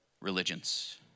religions